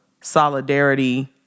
solidarity